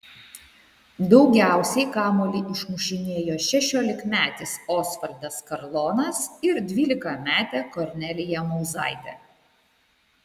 daugiausiai kamuolį išmušinėjo šešiolikmetis osvaldas karlonas ir dvylikametė kornelija mauzaitė